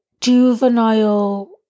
juvenile